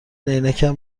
عینکم